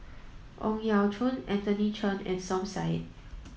Ang Yau Choon Anthony Chen and Som Said